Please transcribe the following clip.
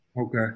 Okay